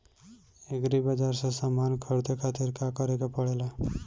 Agri बाज़ार से समान ख़रीदे खातिर का करे के पड़ेला?